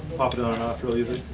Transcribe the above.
pop it it on and off really easy.